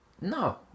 No